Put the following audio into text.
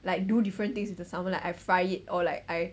like do different things with the salmon like I fry it or like I